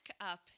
up